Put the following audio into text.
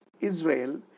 Israel